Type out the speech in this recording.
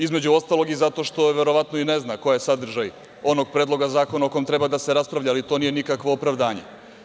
Između ostalog i zato što verovatno i ne zna koji je sadržaj onog predloga zakona o kome treba da se raspravlja, ali to nije nikakvo opravdanje.